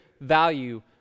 value